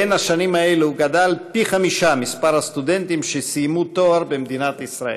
בין השנים האלו גדל פי חמישה מספר הסטודנטים שסיימו תואר במדינת ישראל.